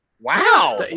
Wow